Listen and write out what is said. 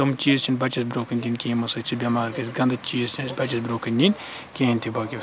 تِم چیٖز چھِ نہٕ بَچَس برونٛہہ کُن دِن کِہیٖنۍ یِمو سۭتۍ سُہ بیٚمار گژھِ گنٛدٕ چیٖز چھِ نہٕ اَسہِ بَچَس برونٛہہ کنہِ دِنۍ کِہیٖنۍ تہٕ باقٕے وَ